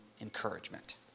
encouragement